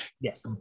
Yes